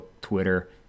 twitter